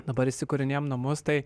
dabar įsikūrinėjam namus tai